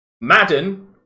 Madden